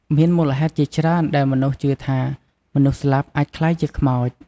មានមូលហេតុជាច្រើនដែលមនុស្សជឿថាមនុស្សស្លាប់អាចក្លាយជាខ្មោច។